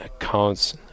accounts